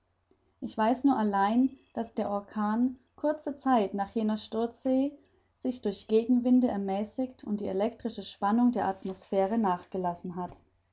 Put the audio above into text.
ich weiß nur allein daß der orkan kurze zeit nach jener sturzsee sich durch gegenwinde ermäßigt und die elektrische spannung der atmosphäre nachgelassen hat